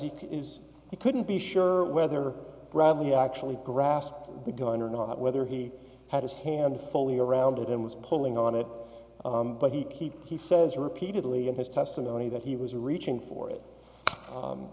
he is he couldn't be sure whether bradley actually grasped the gun or not whether he had his hand fully around it and was pulling on it but he did he says repeatedly in his testimony that he was reaching for it